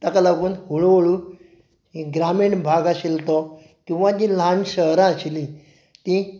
ताका लागून हळुहळू हे ग्रामीण भाग आशिल्ले तो किंवा जीं ल्हान शहरां आशिल्लीं तीं